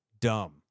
dumb